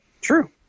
True